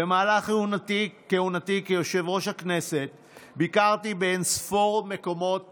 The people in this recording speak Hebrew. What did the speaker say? במהלך כהונתי כיושב-ראש הכנסת ביקרתי באין-ספור מקומות